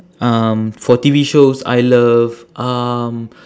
um for T_V shows I love um